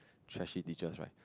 trashy teachers right